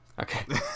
Okay